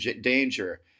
danger